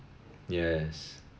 yes